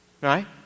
Right